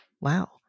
wow